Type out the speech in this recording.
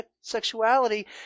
sexuality